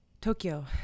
Tokyo